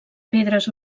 pedres